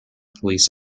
police